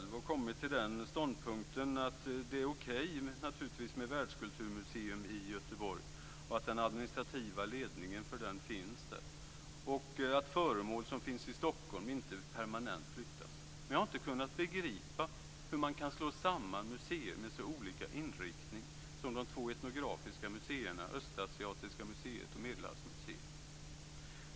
Jag har då kommit till den ståndpunkten att det är okej med ett världskulturmuseum i Göteborg, att den administrativa ledningen finns där och att föremål som finns i Stockholm inte permanent flyttas. Men jag har inte kunnat begripa hur man kan slå samman museer med så olika inriktning som de två etnografiska museerna, Östasiatiska museet och Medelhavsmuseet.